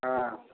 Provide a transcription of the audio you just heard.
हाँ